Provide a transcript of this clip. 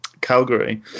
Calgary